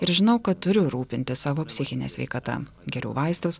ir žinau kad turiu rūpintis savo psichine sveikata geriu vaistus